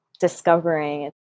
discovering